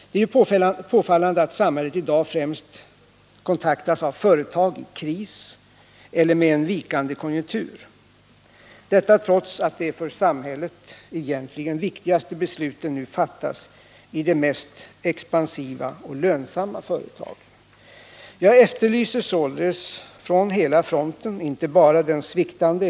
Det är ju påfallande att samhället i dag främst kontaktas av företag i kris eller med en vikande konjunktur, detta trots att de för samhället egentligen viktigaste besluten nu fattas i de mest expansiva och lönsamma företagen. Jag efterlyser således från hela fronten, inte bara den sviktande.